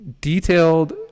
detailed